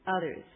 others